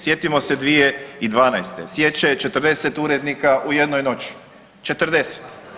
Sjetimo se 2012., sječa je 40 urednika u jednoj noći, 40.